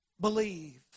believe